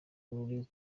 ruri